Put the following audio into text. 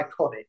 iconic